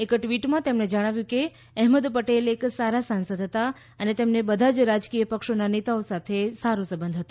એક ટ્વીટમાં તેમણે જણાવ્યું કે અહેમદ પટેલ એક સારા સાંસદ હતા અને તેમને બધા જ રાજકીય પક્ષોના નેતાઓ સાથે સારો સંબંધ હતો